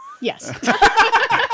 Yes